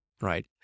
right